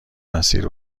مسیر